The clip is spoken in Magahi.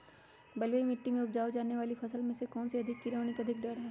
बलुई मिट्टी में उपजाय जाने वाली फसल में कौन कौन से कीड़े होने के अधिक डर हैं?